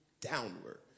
downward